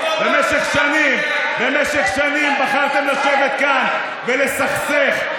במשך שנים בחרתם לשבת כאן ולסכסך,